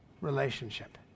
relationship